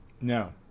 No